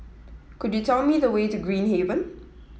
could you tell me the way to Green Haven